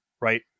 right